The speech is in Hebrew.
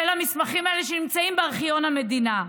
המסמכים האלה נמצאים בארכיון המדינה.